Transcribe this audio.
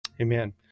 Amen